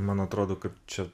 man atrodo kad čia